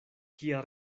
kia